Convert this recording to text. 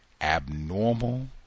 abnormal